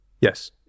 Yes